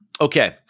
Okay